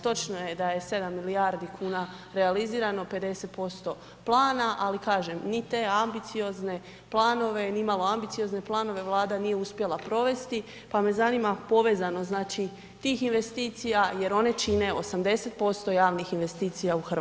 Točno je da je 7 milijardi kuna realizirano 50% plana ali kažem, ni te ambiciozne planove, nimalo ambiciozne planove Vlada nije uspjela provesti pa me zanima povezanost tih investicija jer one čine 80% javnih investicija u Hrvatskoj.